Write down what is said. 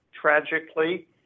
tragically